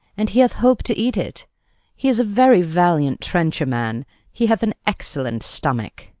and he hath holp to eat it he is a very valiant trencher-man he hath an excellent stomach.